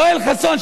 יואל חסון,